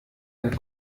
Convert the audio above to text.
herr